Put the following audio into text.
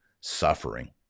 suffering